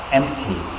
empty